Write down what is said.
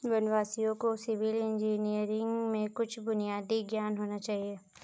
वनवासियों को civil engineering में कुछ बुनियादी ज्ञान होना चाहिए